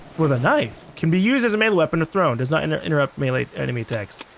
with a knife. can be used as a melee weapon the thrown, does not and interrupt melee, enemy attacks.